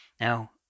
now